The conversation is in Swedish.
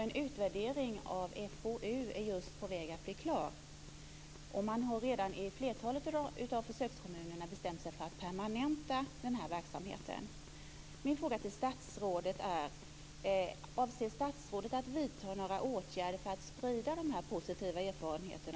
En utvärdering av FoU är just på väg att bli klar. Man har redan i flertalet av försökskommunerna bestämt sig för att permanenta den här verksamheten.